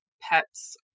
pets